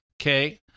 Okay